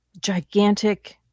gigantic